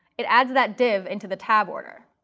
it adds that div into the tab order.